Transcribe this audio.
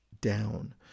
down